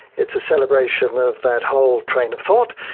it's a celebration of that whole train of thought,